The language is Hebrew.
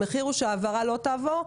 המחיר הוא שההעברה לא תעבור?